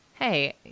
hey